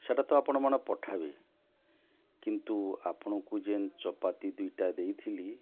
ସେଇଟା ତ ଆପଣ ମାନେ ପଠାବେ କିନ୍ତୁ ଆପଣଙ୍କୁ ଯେନ୍ ଚପାତି ଦୁଇଟା ଦେଇଥିଲି